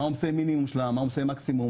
מה עומסי מינימום מה עומסי מקסימום,